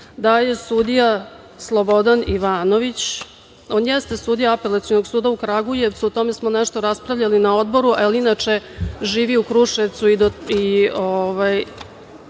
da sudija Slobodan Ivanović, on jeste sudija Apelacionog suda u Kragujevcu, o tome smo nešto raspravljali na odboru, ali inače, živi u Kruševcu,